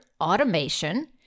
Automation